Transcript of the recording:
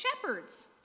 shepherds